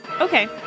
Okay